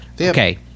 Okay